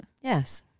Yes